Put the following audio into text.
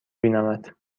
بینمت